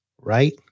right